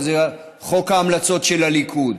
חוק ההמלצות של הליכוד,